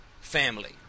family